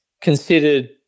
considered